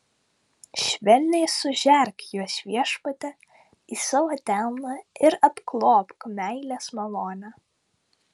švelniai sužerk juos viešpatie į savo delną ir apglobk meilės malone